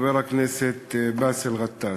חבר הכנסת באסל גטאס,